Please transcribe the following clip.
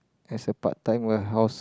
as a part time warehouse